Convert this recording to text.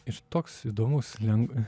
ir toks įdomus leng